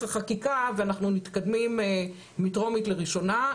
החקיקה ואנחנו מתקדמים מטרומית לראשונה,